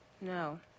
No